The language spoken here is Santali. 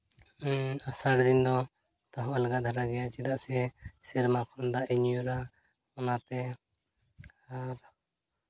ᱦᱮᱸ ᱟᱥᱟᱲ ᱫᱤᱱ ᱫᱚ ᱛᱟᱹᱦᱩ ᱟᱞᱜᱟ ᱫᱷᱟᱨᱟ ᱜᱮᱭᱟ ᱪᱮᱫᱟᱜ ᱥᱮ ᱥᱮᱨᱢᱟ ᱠᱷᱚᱱ ᱫᱟᱜ ᱮ ᱧᱩᱨᱟ ᱟᱨ